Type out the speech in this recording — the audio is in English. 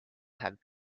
had